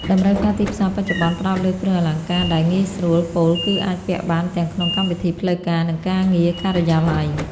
តម្រូវការទីផ្សារបច្ចុប្បន្ន ផ្ដោតលើគ្រឿងអលង្ការដែល "ងាយស្រួល" ពោលគឺអាចពាក់បានទាំងក្នុងកម្មវិធីផ្លូវការ និងការងារការិយាល័យ។